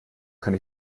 kann